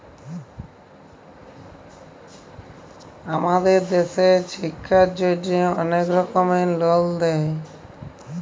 আমাদের দ্যাশে ছিক্ষার জ্যনহে অলেক রকমের লল দেয়